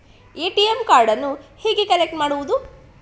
ATM ಕಾರ್ಡನ್ನು ಹೇಗೆ collect ಮಾಡುವುದು?